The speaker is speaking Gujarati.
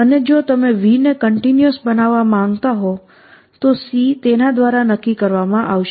અને જો તમે V ને કન્ટિન્યુઅસ બનાવવા માંગતા હો તો C તેના દ્વારા નક્કી કરવામાં આવશે